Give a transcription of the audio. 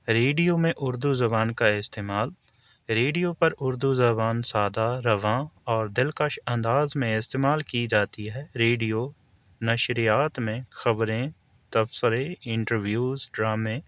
radio میں اردو زبان کا استعمال ریڈیو پر اردو زبان سادہ رواں اور دلکش انداز میں استعمال کی جاتی ہے ریڈیو نشریات میں خبریں تبصرے انٹرویوز ڈرامے